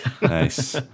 nice